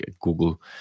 Google